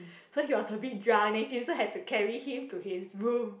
so he was a bit drunk then jun sheng had to carry him to his room